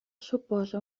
suposa